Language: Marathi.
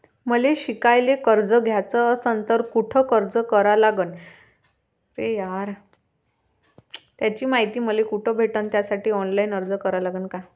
मले शिकायले कर्ज घ्याच असन तर कुठ अर्ज करा लागन त्याची मायती मले कुठी भेटन त्यासाठी ऑनलाईन अर्ज करा लागन का?